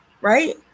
right